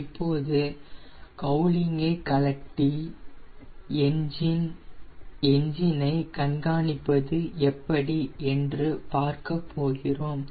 இப்போது கௌலிங்க் ஐ கழற்றி என்ஜின் ஐ கண்காணிப்பது எப்படி என்று பார்க்க போகிறோம்